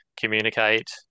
communicate